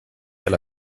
alla